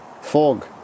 fog